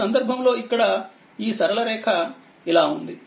ఈ సందర్భంలో ఇక్కడఈ సరళ రేఖ ఇలా ఉంది